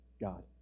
God